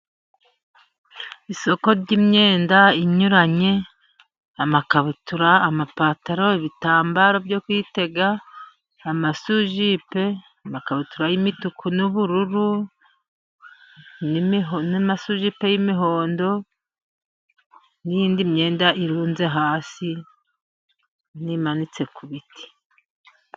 Isoko ry'imyenda inyuranye amakabutura, amapantaro, ibitambaro byo kwitega, amasurujipe, amakabutura y'imituku n'ubururu n'amasurujipe y'imihondo n'indi myenda irunze hasi n'imanitse ku biti.